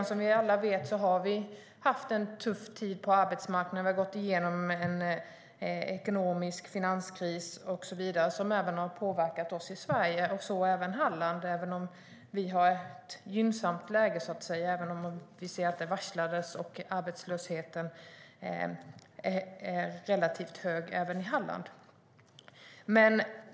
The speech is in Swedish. Som vi alla vet har vi haft en tuff tid på arbetsmarknaden. Vi har gått igenom en ekonomisk finanskris och så vidare som även har påverkat oss i Sverige, så även Halland, trots att vi har ett gynnsamt läge. Vi har sett att det har varslats och att arbetslösheten är relativt hög också i Halland.